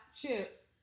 chips